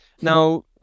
Now